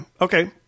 okay